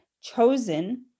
chosen